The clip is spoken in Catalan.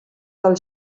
del